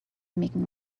making